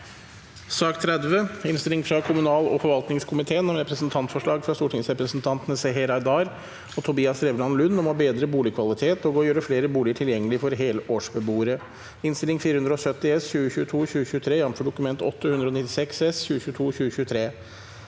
Innstilling fra kommunal- og forvaltningskomiteen om Representantforslag fra stortingsrepresentantene Seher Aydar og Tobias Drevland Lund om å bedre bolig- kvalitet og å gjøre flere boliger tilgjengelige for helårsbe- boere (Innst. 470 S (2022–2023), jf. Dokument 8:196 S (2022–2023))